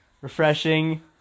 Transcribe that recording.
refreshing